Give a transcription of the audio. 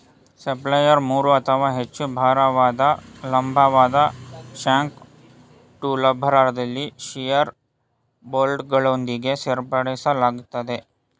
subsoiler ಮೂರು ಅಥವಾ ಹೆಚ್ಚು ಭಾರವಾದ ಲಂಬವಾದ ಶ್ಯಾಂಕ್ ಟೂಲ್ಬಾರಲ್ಲಿ ಶಿಯರ್ ಬೋಲ್ಟ್ಗಳೊಂದಿಗೆ ಜೋಡಿಸಲಾಗಿರ್ತದೆ